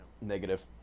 Negative